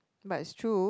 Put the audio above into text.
but it's true